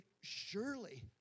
surely